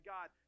God